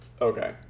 Okay